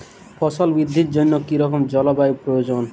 ফসল বৃদ্ধির জন্য কী রকম জলবায়ু প্রয়োজন?